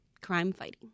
crime-fighting